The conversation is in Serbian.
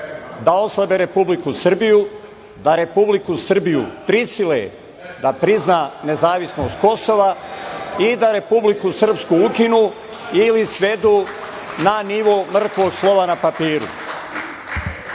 da oslabe Republiku Srbiju, da Republiku Srbiju prisvoje da prizna nezavisnost Kosova i da Republiku Srpsku učine ili svedu na nivo mrtvog slova na papiru. Da